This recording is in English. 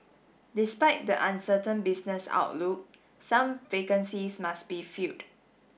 despite the uncertain business outlook some vacancies must be filled